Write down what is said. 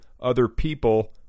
OtherPeople